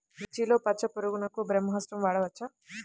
మిర్చిలో పచ్చ పురుగునకు బ్రహ్మాస్త్రం వాడవచ్చా?